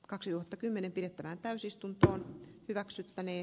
kaksituhattakymmenen pidettävään täysistunto hyväksy tänne